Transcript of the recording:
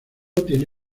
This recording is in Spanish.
tiene